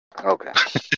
Okay